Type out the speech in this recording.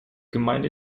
gemeinde